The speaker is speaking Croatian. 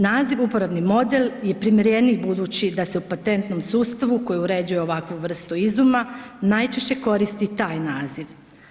Naziv uporabni model je primjereniji budući da se u patentnom sustavu koji uređuje ovakvu vrstu izuma najčešće koristi taj naziv.